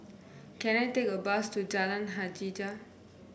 can I take a bus to Jalan Hajijah